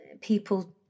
people